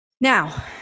Now